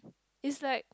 is like